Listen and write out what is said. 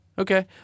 Okay